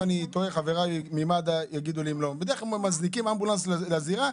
כל מה שזה כולל בהצעת החוק.